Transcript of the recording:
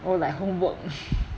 oh like homework